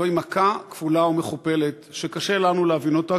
זוהי מכה כפולה ומכופלת שקשה לנו להבין אותה,